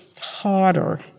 harder